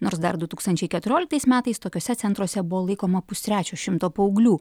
nors dar du tūkstančiai keturioliktais metais tokiuose centruose buvo laikoma pustrečio šimto paauglių